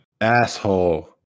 asshole